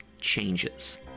Changes